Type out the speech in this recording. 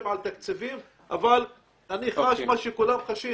על תקציבים אבל אני חש שמה שכולם חשים